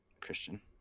Christian